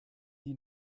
die